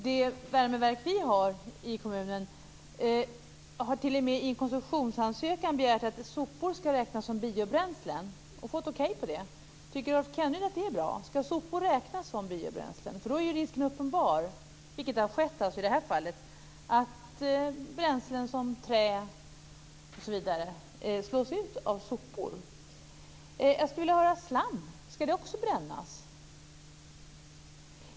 Det värmeverk vi har i kommunen har t.o.m. i en koncessionsansökan begärt att sopor skall räknas som biobränslen och fått okej till det. Tycker Rolf Kenneryd att det är bra? Skall sopor räknas som biobränslen. Då är ju risken uppenbar - och det har ju skett i det här fallet - att bränslen som trä och liknande slås ut av sopor. Skall slam också brännas?